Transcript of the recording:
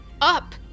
up